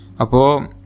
Apo